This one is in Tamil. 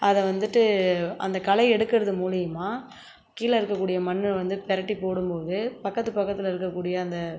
அதை வந்துட்டு அந்த களை எடுக்கறது மூலிமா கீழே இருக்கக்கூடிய மண் வந்து புரட்டி போடும்போது பக்கத்து பக்கத்தில் இருக்கக்கூடிய அந்த